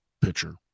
pitcher